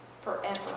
forever